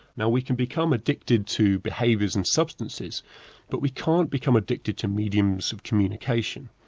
now we can become addicted to behaviours and substances but we can't become addicted to mediums of communication.